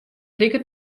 liket